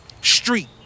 Street